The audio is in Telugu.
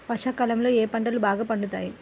వర్షాకాలంలో ఏ పంటలు బాగా పండుతాయి?